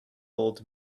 old